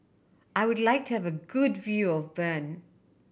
I would like to have a good view of Bern